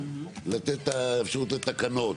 לתת את האפשרות לתקנות,